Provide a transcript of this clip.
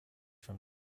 from